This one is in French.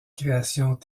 créations